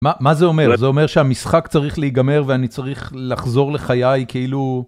מה, מה זה אומר זה אומר שהמשחק צריך להיגמר ואני צריך לחזור לחיי כאילו